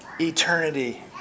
eternity